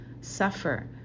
suffer